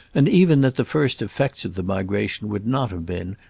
and even that the first effects of the migration would not have been,